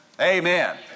Amen